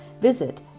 visit